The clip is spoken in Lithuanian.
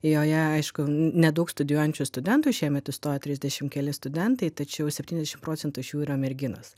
joje aišku nedaug studijuojančių studentų šiemet įstojo trisdešim keli studentai tačiau septyniasdešim procentų iš jų yra merginos